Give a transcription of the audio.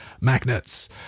magnets